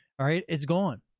all right, it's gone.